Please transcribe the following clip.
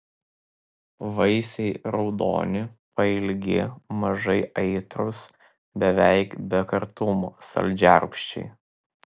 vaisiai raudoni pailgi mažai aitrūs beveik be kartumo saldžiarūgščiai